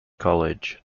college